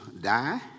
die